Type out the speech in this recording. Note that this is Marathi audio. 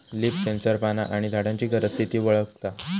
लिफ सेन्सर पाना आणि झाडांची गरज, स्थिती वळखता